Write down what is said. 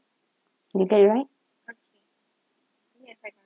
you get it right